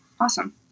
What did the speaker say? awesome